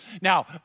Now